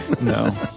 No